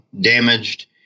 damaged